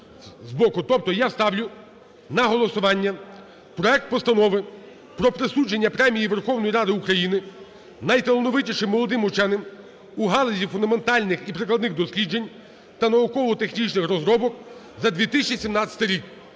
Тобто я ставлю на голосування проект Постанови при присудження Премії Верховної Ради України найталановитішим молодим ученим у галузі фундаментальних і прикладних досліджень та науково-технічних розробок за 2017 рік